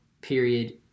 period